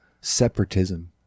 separatism